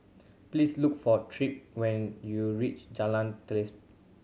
please look for Tripp when you reach Jalan Selaseh